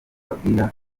abwira